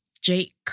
Jake